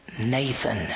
Nathan